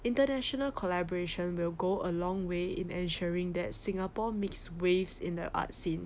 international collaboration will go a long way in ensuring that singapore makes waves in the art scene